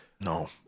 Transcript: No